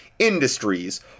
industries